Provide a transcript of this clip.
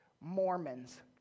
Mormons